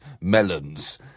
melons